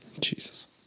Jesus